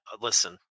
listen